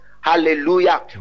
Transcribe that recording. Hallelujah